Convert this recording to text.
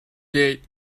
gate